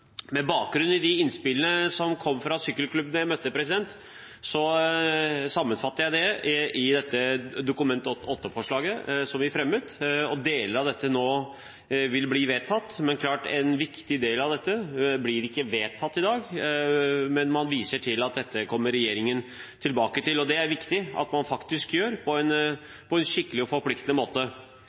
Med bakgrunn i de innspillene som kom fra sykkelklubbene jeg møtte, sammenfattet jeg det i dette Dokument 8-forslaget som vi fremmet, og deler av dette vil nå bli vedtatt. En viktig del av dette blir ikke vedtatt i dag, men man viser til at dette kommer regjeringen tilbake til, og det er det viktig at man faktisk gjør på en skikkelig og forpliktende måte.